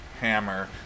hammer